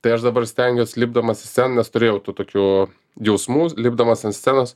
tai aš dabar stengiuos lipdamas į sceną nes turėjau tų tokių jausmų lipdamas ant scenos